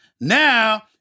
Now